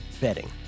betting